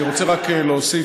אני רוצה רק להוסיף.